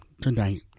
tonight